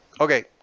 Okay